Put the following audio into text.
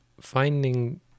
finding